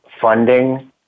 funding